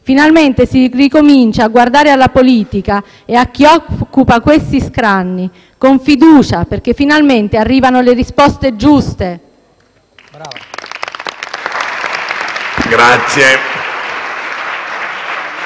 Finalmente si ricomincia a guardare alla politica e a chi occupa questi scranni con fiducia perché arrivano le risposte giuste.